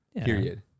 Period